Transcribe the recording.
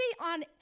on